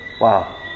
Wow